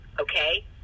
okay